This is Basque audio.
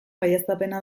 baieztapena